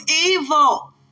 evil